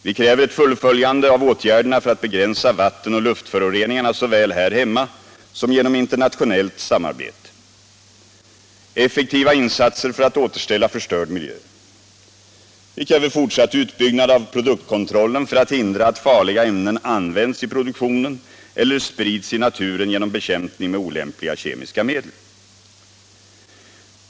Vi kräver ett fullföljande av åtgärderna för att begränsa vatten och luftföroreningarna såväl här hemma som genom internationellt samarbete, och vidare effektiva insatser för att återställa förstörd miljö. Vi kräver fortsatt utbyggnad av produktkontrollen för att hindra att farliga ämnen används i produktionen eller sprids i naturen genom bekämpning med olämpliga kemiska medel.